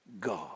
God